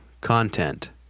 content